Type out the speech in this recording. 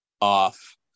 off